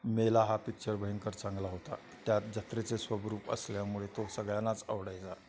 मेला हा पिक्चर भयंकर चांगला होता त्यात जत्रेचे स्वरूप असल्यामुळे तो सगळ्यांनाच आवडायचा